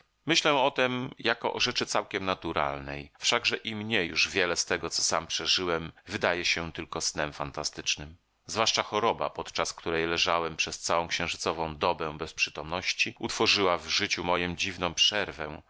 myślę o tem jako o rzeczy całkiem naturalnej wszakże i mnie już wiele z tego co sam przeżyłem wydaje się tylko snem fantastycznym zwłaszcza choroba podczas której leżałem przez całą księżycową dobę bez przytomności utworzyła w życiu mojem dziwną przerwę